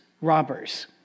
robbers